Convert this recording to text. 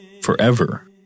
forever